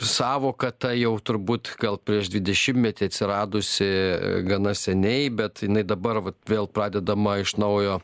sąvoka ta jau turbūt gal prieš dvidešimtmetį atsiradusi gana seniai bet jinai dabar vat vėl pradedama iš naujo